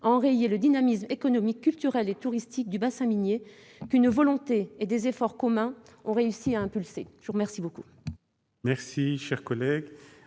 à enrayer le dynamisme économique, culturel et touristique du bassin minier, qu'une volonté et des efforts communs ont réussi à impulser. La parole est à M.